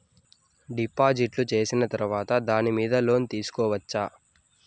డిపాజిట్లు సేసిన తర్వాత దాని మీద లోను తీసుకోవచ్చా?